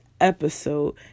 episode